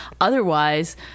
Otherwise